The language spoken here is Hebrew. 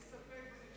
אני מסתפק בתשובת השר.